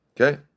Okay